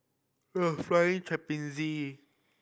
Flying Trapeze